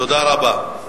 תודה רבה.